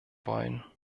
wollen